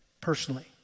personally